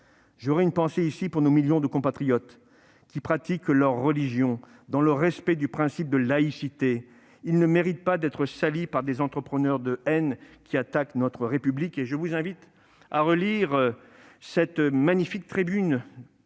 J'aurai une pensée ici pour nos millions de compatriotes qui pratiquent leur religion dans le respect du principe de laïcité. Ils ne méritent pas d'être salis par les entrepreneurs de haine qui attaquent notre République. Je vous invite à relire, mes chers